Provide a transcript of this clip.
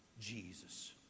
Jesus